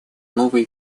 новый